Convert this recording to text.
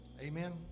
Amen